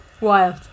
Wild